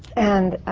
and.